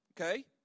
Okay